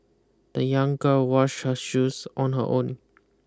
the young girl washed her shoes on her own